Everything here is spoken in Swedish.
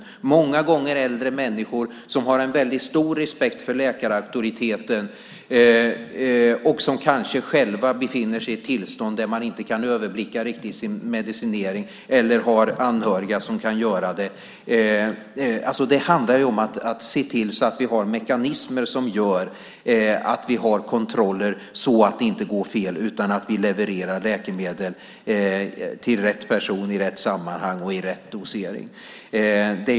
Det kan många gånger vara äldre människor som har stor respekt för läkarauktoriteten och kanske själva befinner sig i ett tillstånd där de inte riktigt kan överblicka sin medicinering eller har anhöriga som kan göra det. Det handlar ju om att se till att vi har mekanismer som gör att vi har kontroller så att det inte går fel utan att vi levererar läkemedel till rätt person, i rätt sammanhang och i rätt dosering.